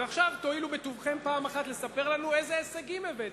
אז עכשיו תואילו בטובכם פעם אחת לספר לנו אילו הישגים הבאתם?